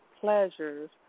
pleasures